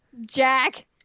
Jack